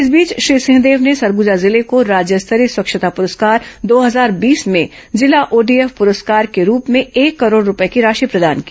इस बीच श्री सिंहदेव ने सरगुजा जिले को राज्य स्तरीय स्वच्छता पुरस्कार दो हजार बीस में जिला ओडीएफ पुरस्कार के रूप में एक करोड रूपये की राशि प्रदान की